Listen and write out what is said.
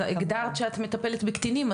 את פשוט הגדרת שאת עיקר הטיפול שלך מתמקד בקטינים,